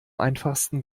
einfachsten